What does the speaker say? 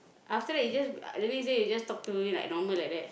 after that he just the next day he just talk to me like normal like that